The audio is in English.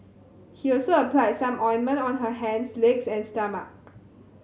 he also applied some ointment on her hands legs and stomach